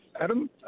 Adam